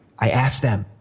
i asked them,